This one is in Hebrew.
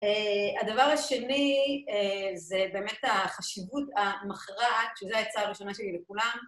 הדבר השני זה באמת החשיבות המכרעת, שזו העצה הראשונה שלי לכולם.